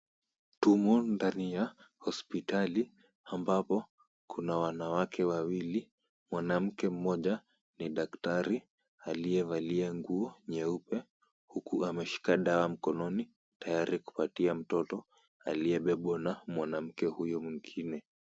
Tumo ndani ya hospitali ambapo kuna wanawake wawili, mwanamke mmoja ni daktari aliyevalia nguo nyeupe huku ameshika dawa mkononi tayari kupatia mtoto aliyebebwa na mwanamke huyo mwingine.